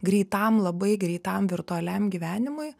greitam labai greitam virtualiam gyvenimui